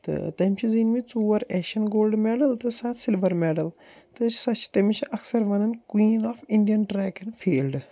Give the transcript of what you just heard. تہٕ تٔمۍ چھِ زیٖنۍمٕتۍ ژور اٮ۪شِیَن گولڈ مٮ۪ڈَل تہٕ سَتھ سِلوَر مٮ۪ڈَل تہٕ سٔہ چھِ تٔمِس چھِ اَکثَر وَنان queen of Indian track and field